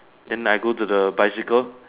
then I go to the bicycle